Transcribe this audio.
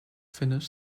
finish